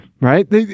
right